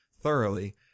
thoroughly